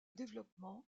développement